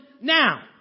now